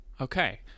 okay